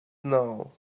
know